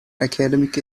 academic